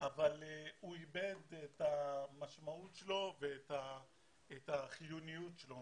הוא איבד את המשמעות שלו ואת החיוניות שלו,